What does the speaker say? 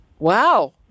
Wow